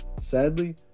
Sadly